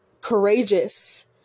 courageous